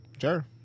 Sure